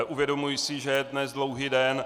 Uvědomuji si, že je dnes dlouhý den.